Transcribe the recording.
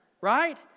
Right